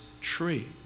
tree